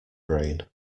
brain